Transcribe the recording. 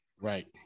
Right